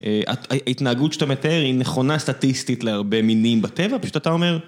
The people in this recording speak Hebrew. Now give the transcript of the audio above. ההתנהגות שאתה מתאר היא נכונה סטטיסטית להרבה מינים בטבע, פשוט אתה אומר...